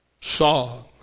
song